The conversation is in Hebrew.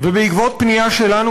ובעקבות פנייה שלנו,